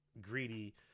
greedy